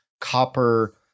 copper